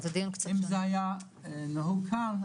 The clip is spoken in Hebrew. אם זה היה נהוג כאן,